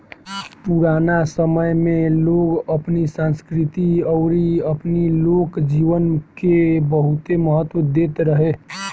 पुराना समय में लोग अपनी संस्कृति अउरी अपनी लोक जीवन के बहुते महत्व देत रहे